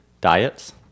diets